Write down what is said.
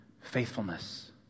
faithfulness